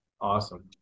Awesome